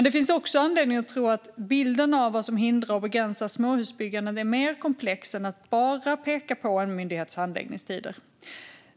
Det finns dock även anledning att tro att bilden av vad som hindrar och begränsar småhusbyggandet är mer komplex än att bara handla om en myndighets handläggningstider.